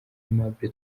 aimable